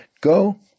Go